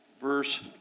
verse